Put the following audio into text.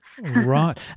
Right